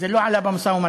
זה לא עלה במשא-ומתן,